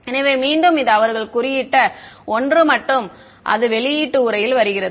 எனவே மீண்டும் இது அவர்கள் குறியிட்ட ஒன்று மற்றும் அது வெளியீட்டு உரையில் வருகிறது